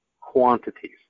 quantities